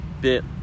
bit